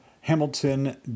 hamilton